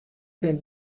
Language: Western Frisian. bin